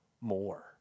more